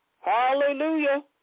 Hallelujah